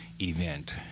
event